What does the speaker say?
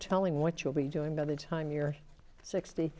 telling what you'll be doing by the time you're sixty